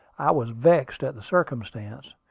i was vexed at the circumstance.